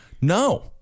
no